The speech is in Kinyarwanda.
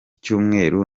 cyumweru